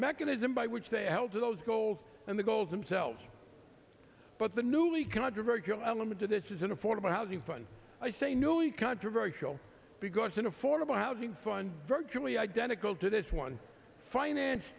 mechanism by which they held those goals and the goals themselves but the newly controversial element to this is an affordable housing fun i say newly controversial because an affordable housing fund virtually identical to this one finance